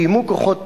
קיימו כוחות צה"ל,